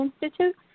Institute